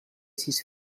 sis